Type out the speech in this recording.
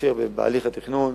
מתמשך בהליך התכנון,